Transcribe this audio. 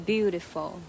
Beautiful